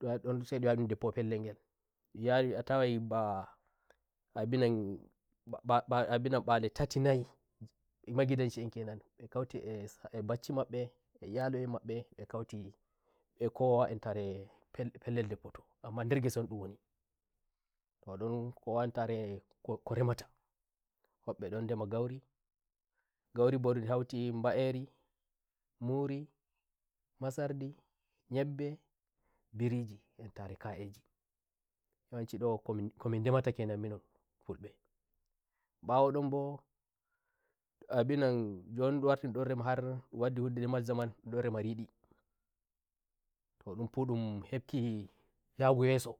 to don sai yaha deppo pellel ngel yari atawa toh abinan "mba ba ba" bha mbale tati naji ndi magidanci en kenanndi kauti a bacci mabbe e iyalu en mabbe mbe kauti mbekowa entare pellel ndeppotoamma nder ndema gaurigauri mbondi hauti mba'eri, muri, masardi, nyebbe, biriji, entare ka'ejinyawanci ndo "komin komin" ndemata kenan minon fulbembawo don bho abinan njon ndun warti ndun ndon rema har ndun waddi wuddiri mazzamanndun nden rema ridito ndun fu ndun hopkishago yeso